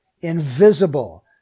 invisible